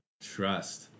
trust